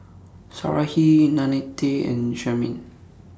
Sarahi Nannette and Carmine